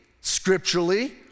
scripturally